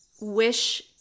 wish